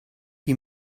die